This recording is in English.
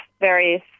various